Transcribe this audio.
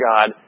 God